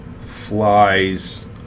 flies